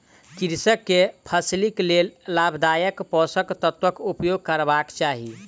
कृषक के फसिलक लेल लाभदायक पोषक तत्वक उपयोग करबाक चाही